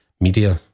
media